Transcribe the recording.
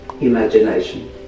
imagination